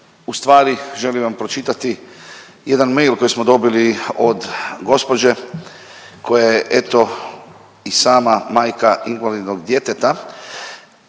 U stvari želim vam pročitati jedan mail koji smo dobili od gospođe koja je eto i sama majka invalidnog djeteta,